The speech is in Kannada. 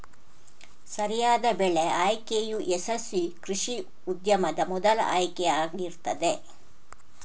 ಸರಿಯಾದ ಬೆಳೆ ಆಯ್ಕೆಯು ಯಶಸ್ವೀ ಕೃಷಿ ಉದ್ಯಮದ ಮೊದಲ ಆಯ್ಕೆ ಆಗಿರ್ತದೆ